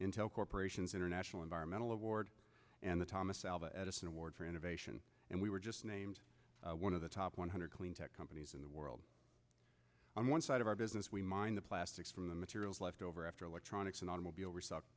intel corporation's international environmental award and the thomas alva edison award for innovation and we were just named one of the top one hundred clean tech companies in the world on one side of our business we mine the plastics from the materials left over after electronics and automobile